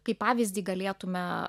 kaip pavyzdį galėtume